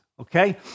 okay